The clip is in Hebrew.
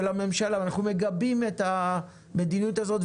אנחנו מגבים את המדיניות הזאת,